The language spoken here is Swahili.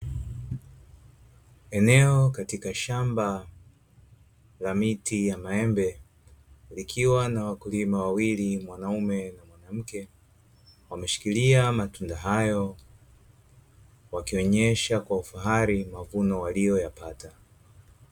Eneo katika shamba la miti ya maembe likiwa na wakulima wawili mwanaume na mwanamke, wameshikilia matunda hayo wakionyesha kwa ufahari mavuno waliyoyapata .